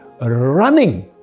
running